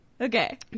Okay